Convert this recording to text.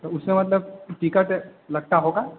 तो उसका मतलब टिकट लगता होगा